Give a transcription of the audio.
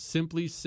Simply